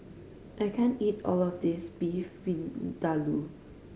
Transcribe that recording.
I can't eat all of this Beef Vindaloo